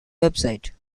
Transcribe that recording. website